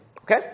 Okay